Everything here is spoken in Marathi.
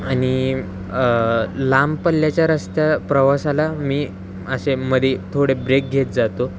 आणि लांब पल्ल्याच्या रस्त्या प्रवासाला मी असे मध्ये थोडे ब्रेक घेत जातो